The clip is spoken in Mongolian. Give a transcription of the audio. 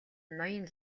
ноён